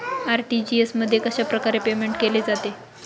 RTGS मध्ये कशाप्रकारे payment केले जाते?